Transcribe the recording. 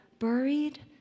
Buried